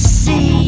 see